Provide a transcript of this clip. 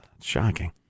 shocking